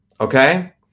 okay